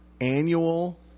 Annual